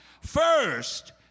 First